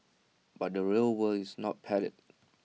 but the real world is not padded